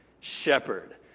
shepherd